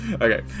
Okay